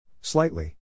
Slightly